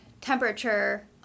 temperature